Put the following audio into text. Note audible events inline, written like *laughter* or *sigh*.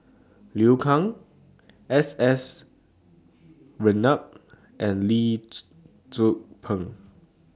Liu Kang S S Ratnam and Lee *noise* Tzu Pheng